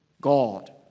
God